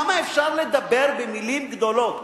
כמה אפשר לדבר במלים גדולות?